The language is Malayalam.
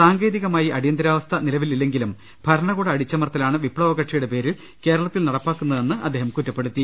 സാങ്കേതികമായി അടിയന്തരാവസ്ഥ നിലവിലില്ലെങ്കിലും ഭരണകൂട അടിച്ചമർത്തലാണ് വിപ്തവ കക്ഷിയുടെ പേരിൽ കേരളത്തിൽ നടപ്പിലാക്കുന്നതെന്ന് അദ്ദേഹം കുറ്റപ്പെടുത്തി